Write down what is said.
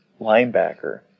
linebacker